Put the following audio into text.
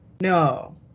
No